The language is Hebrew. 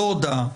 לא הודאה,